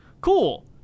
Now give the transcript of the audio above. Cool